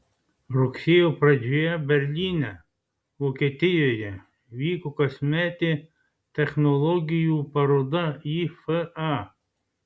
rugsėjo pradžioje berlyne vokietijoje vyko kasmetė technologijų paroda ifa